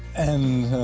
and,